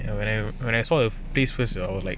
you know when I when I saw of peaceful so like